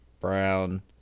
Brown